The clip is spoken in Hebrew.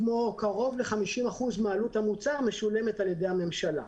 קרוב ל-50% מעלות המוצר משולמת על ידי הממשלה.